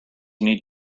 need